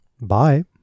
Bye